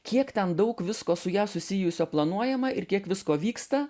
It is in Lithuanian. kiek ten daug visko su ja susijusio planuojama ir kiek visko vyksta